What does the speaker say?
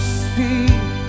speak